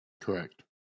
Correct